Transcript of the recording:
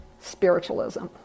spiritualism